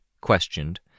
questioned